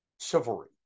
chivalry